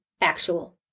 actual